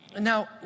Now